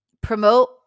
promote